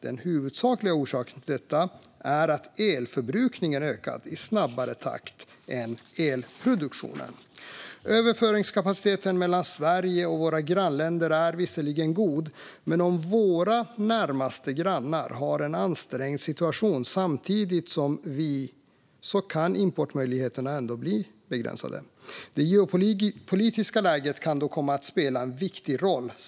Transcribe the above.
Den huvudsakliga orsaken till detta är att elförbrukningen har ökat i snabbare takt än elproduktionen. Överföringskapaciteteten mellan oss i Sverige och våra grannländer är visserligen god, men om våra närmaste grannar har en ansträngd situation samtidigt som vi har det kan importmöjligheterna ändå bli begränsade. Det geopolitiska läget kan då komma att spela en viktig roll.